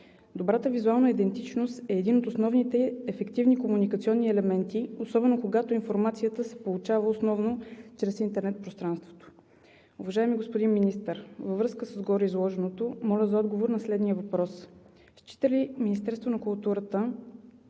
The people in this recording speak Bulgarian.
Добрата визуална идентичност е един от основните ефективни комуникационни елементи, особено когато информацията се получава основно чрез интернет пространството. Уважаеми господин Министър, във връзка с гореизложеното, моля за отговор на следния въпрос: счита ли Министерството на културата,